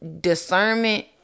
discernment